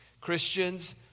Christians